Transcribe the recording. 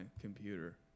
computer